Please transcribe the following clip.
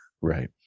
Right